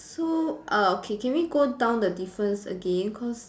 so uh okay can we go down the difference again cause